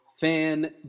fan